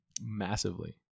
Massively